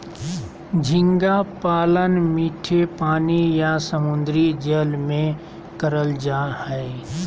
झींगा पालन मीठे पानी या समुंद्री जल में करल जा हय